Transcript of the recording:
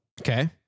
Okay